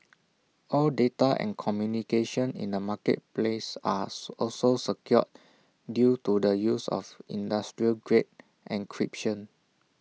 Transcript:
all data and communication in the marketplace are also secure due to the use of industrial grade encryption